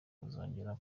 kuzongera